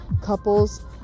couples